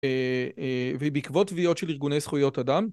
ובעקבות טביעות של ארגוני זכויות אדם.